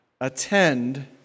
attend